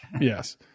Yes